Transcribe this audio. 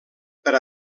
per